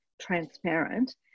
transparent